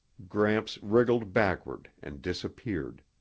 gramps wriggled backward and disappeared.